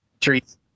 Treats